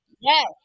Yes